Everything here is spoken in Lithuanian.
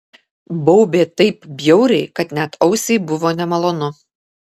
baubė taip bjauriai kad net ausiai buvo nemalonu